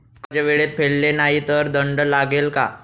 कर्ज वेळेत फेडले नाही तर दंड लागेल का?